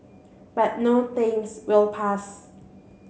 but no thanks we'll pass